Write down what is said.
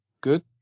good